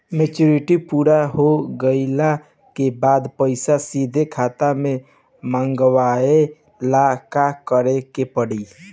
Maturity पूरा हो गइला के बाद पईसा सीधे खाता में मँगवाए ला का करे के पड़ी?